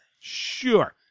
Sure